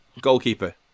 goalkeeper